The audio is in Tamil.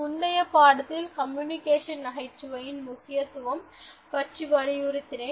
முந்தைய பாடத்தில் கம்யூனிகேஷன் நகைச்சுவையின் முக்கியத்துவம் பற்றி வலியுறுத்தினேன்